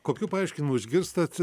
kokių paaiškinimų išgirstat